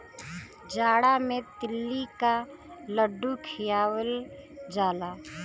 जाड़ा मे तिल्ली क लड्डू खियावल जाला